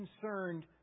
concerned